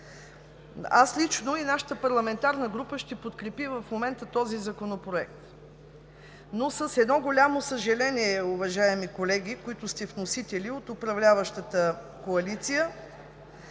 Аз лично, и нашата парламентарна група, ще подкрепим в момента този законопроект, но с едно голямо съжаление, уважаеми колеги, които сте вносители, от управляващата коалиция